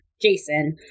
Jason